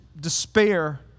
despair